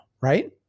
right